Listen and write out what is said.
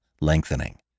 lengthening